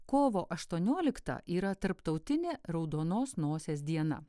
kovo aštuoniolikta yra tarptautinė raudonos nosies diena